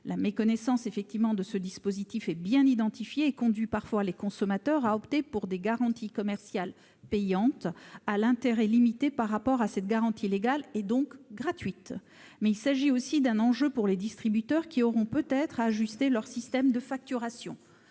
la méconnaissance de ce dispositif est bien identifiée et conduit parfois les consommateurs à opter pour des garanties commerciales payantes à l'intérêt limité par rapport à cette garantie légale gratuite. Il s'agit cependant d'un enjeu pour les distributeurs, qui auront peut-être à ajuster leurs systèmes de facturation.